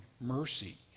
mercy